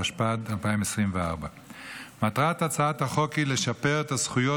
התשפ"ד 2024. מטרת הצעת החוק היא לשפר את הזכויות